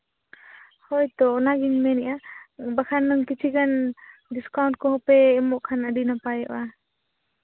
ᱦᱳᱭ ᱛᱚ ᱚᱱᱟᱜᱤᱧ ᱢᱮᱱᱮᱫᱼᱟ ᱵᱟᱠᱷᱟᱱ ᱫᱚ ᱠᱤᱪᱷᱩ ᱜᱟᱱ ᱰᱤᱥᱠᱟᱣᱩᱱᱴ ᱠᱚᱦᱚᱸ ᱯᱮ ᱮᱢᱚᱜ ᱠᱷᱟᱱ ᱟᱹᱰᱤ ᱱᱟᱯᱟᱭᱚᱜᱼᱟ